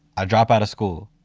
i drop out of school.